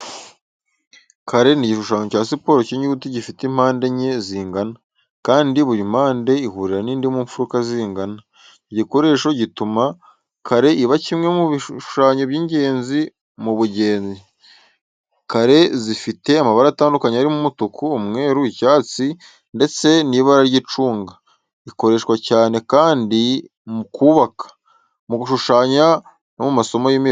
Kare ni igishushanyo cya siporo cy'inyuguti gifite impande enye zingana, kandi buri mpande ihurira n'indi mu mfuruka zingana. Iki gisobanuro gituma kare iba kimwe mu bishushanyo by’ingenzi mu bugenge. Kare zizfite amabara atandukanye harimo: umutuku, umweru, icyatsi ndetse nibara ry'icunga. Ikoreshwa cyane kandi mu kubaka, mu gushushanya no mu masomo y’imibare.